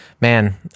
Man